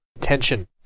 tension